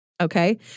Okay